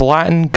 Latin